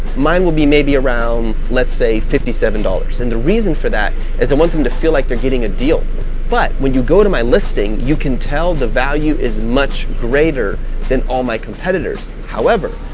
mine will be maybe around let's say fifty seven dollars, and the reason for that is i want them to feel like they're getting a deal but when you go to my listing you can tell the value is much greater than all my competitors, however,